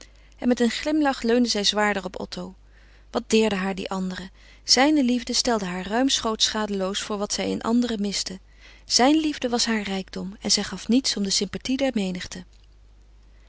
en met een glimlach leunde zij zwaarder op otto wat deerden haar die anderen zijne liefde stelde haar ruimschoots schadeloos voor wat zij in anderen miste zijn liefde was haar rijkdom en zij gaf niets om de sympathie der menigte